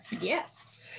Yes